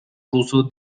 ruso